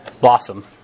blossom